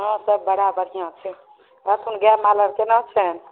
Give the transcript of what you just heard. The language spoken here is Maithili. हँ सब बड़ा बढ़िआँ छै कहथुन गाय माल आर केना छनि